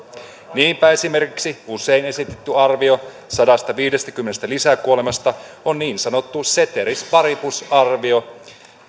niinpä esimerkiksi usein esitetty arvio sadastaviidestäkymmenestä lisäkuolemasta on niin sanottu ceteris paribus arvio